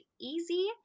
Easy